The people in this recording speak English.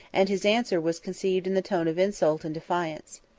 and his answer was conceived in the tone of insult and defiance.